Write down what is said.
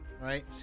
Right